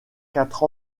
quatre